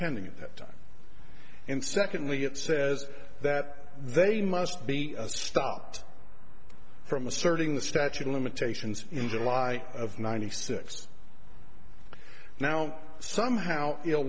pending at that time and secondly it says that they must be stopped from asserting the statute of limitations in july of ninety six now somehow ill